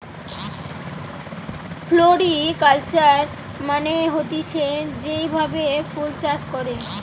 floriculture মানে হতিছে যেই ভাবে ফুল চাষ করে